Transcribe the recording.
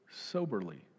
soberly